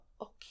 okay